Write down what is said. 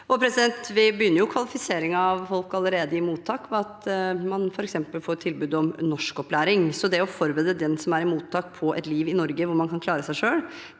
Vi begynner kvalifiseringen av folk allerede i mottak, f.eks. ved at man får tilbud om norskopplæring. Det å forberede dem som er i mottak, på et liv i Norge hvor man kan klare seg selv,